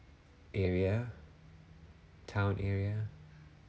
area town area